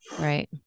Right